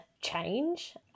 change